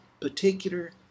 particular